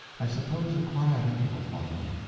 i suppose a quiet interval followed,